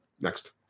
next